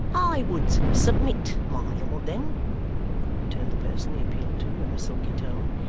i would submit, my lord then returned the person he appealed to, in a silky tone,